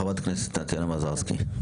חברת הכנסת טטיאנה מזרסקי.